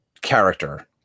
character